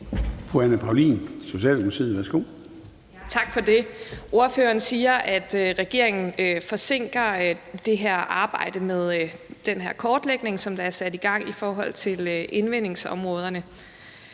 Fru Anne Paulin, Socialdemokratiet. Værsgo. Kl. 13:25 Anne Paulin (S): Tak for det. Ordføreren siger, at regeringen forsinker det her arbejde med den her kortlægning, som er sat i gang i forhold til indvindingsområderne.